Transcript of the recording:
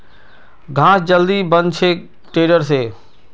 घास जल्दी बन छे टेडर से